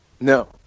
No